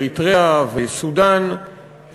אריתריאה וסודאן,